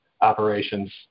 operations